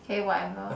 K whatever